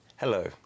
Hello